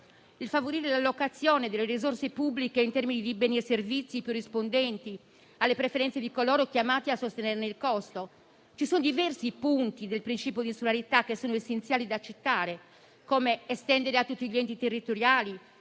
di favorire l'allocazione delle risorse pubbliche in termini di beni e servizi più rispondenti alle preferenze di coloro che sono chiamati a sostenerne il costo. Ci sono diversi punti del principio di insularità che sono essenziali e da citare: estensione a tutti gli enti territoriali,